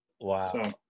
wow